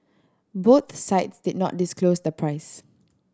both sides did not disclose the price